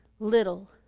little